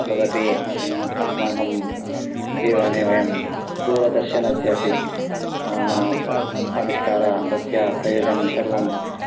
तदपि अस्माकं जीवने वयं दूरदर्शनस्यापि आविष्कारः तस्य प्रयोजनं सर्वं